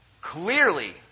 clearly